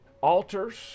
altars